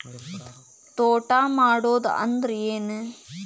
ತೋಟ ಮಾಡುದು ಅಂದ್ರ ಏನ್?